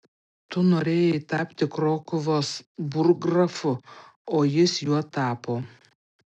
tu norėjai tapti krokuvos burggrafu o jis juo tapo